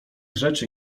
rzeczy